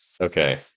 Okay